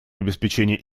обеспечения